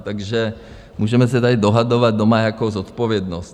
Takže můžeme se tady dohadovat, kdo má jakou zodpovědnost.